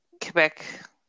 Quebec